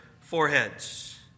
foreheads